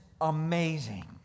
amazing